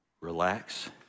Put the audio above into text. relax